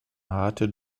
harte